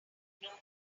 ignore